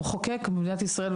המחוקק במדינת ישראל,